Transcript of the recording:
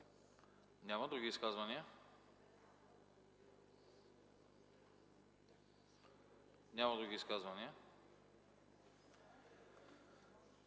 ли други изказвания? Няма други изказвания.